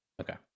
Okay